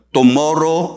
Tomorrow